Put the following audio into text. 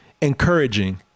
encouraging